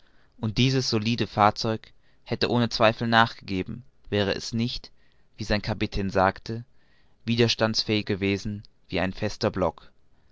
und dieses solide fahrzeug hätte ohne zweifel nachgegeben wäre es nicht wie sein kapitän gesagt hatte widerstandsfähig gewesen wie ein fester block